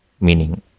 meaning